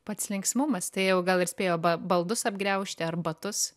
pats linksmumas tai jau gal ir spėjo ba baldus apgriaužti ar batus